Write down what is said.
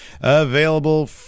available